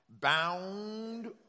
Bound